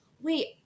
wait